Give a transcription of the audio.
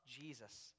Jesus